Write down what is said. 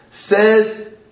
says